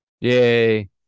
Yay